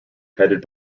headed